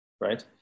right